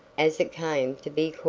as it came to be